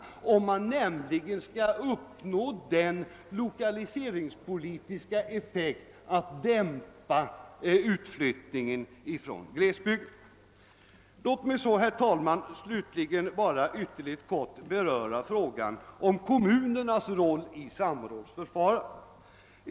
Detta är nämligen en förutsättning för att man skall kunna uppnå den lokaliseringspolitiska effekten att utflyttningen från glesbygden dämpas. Låt mig slutligen, herr talman, helt kort beröra frågan om kommunernas roll i samrådsförfarandet.